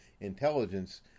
intelligence